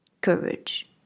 Courage